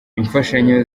imfashanyo